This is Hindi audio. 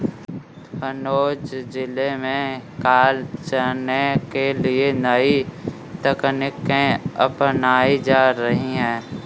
तंजौर जिले में काले चने के लिए नई तकनीकें अपनाई जा रही हैं